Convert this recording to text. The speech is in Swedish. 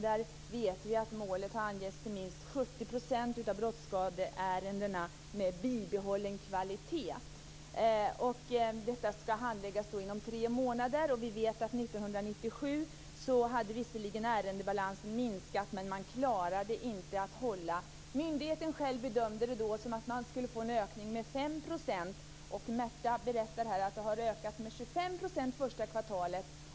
Vi vet ju att målet har angetts till minst 70 % av brottsskadeärendena med bibehållen kvalitet. Detta skall handläggas inom tre månader. 1997 hade ärendebalansen visserligen minskat, men man klarade ändå inte den ekonomiska delen. Myndigheten bedömde det som att det skulle bli en ökning med 5 %. Märta Johansson berättade här att antalet ärenden har ökat med minst 25 % under det första kvartalet.